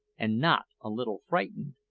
and not a little frightened,